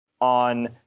on